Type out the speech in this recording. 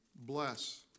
Bless